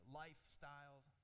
lifestyles